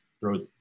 throws